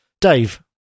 Dave